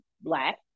black